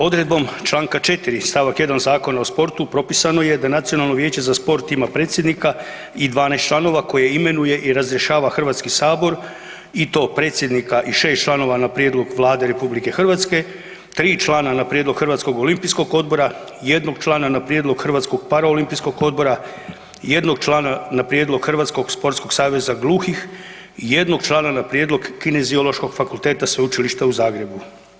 Odredbom Članka 4. stavak 1. Zakona o sportu propisano je da Nacionalno vijeće za sport ima predsjednika i 12 članova koje imenuje i razrješava Hrvatski sabor i to predsjednika i 6 članova na prijedlog Vlade RH, 3 člana na prijedlog Hrvatskog olimpijskog odbora, 1 člana na prijedlog Hrvatskog paraolimpijskog odbora, 1 člana na prijedlog Hrvatskog sportskog saveza gluhih i 1 člana na prijedlog Kineziološkog fakulteta Sveučilišta u Zagrebu.